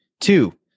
Two